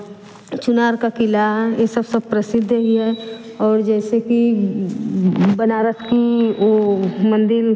चुनार का किला यह सब सब प्रसिद्ध ही है और जैसे कि बनारस का वह मंदिर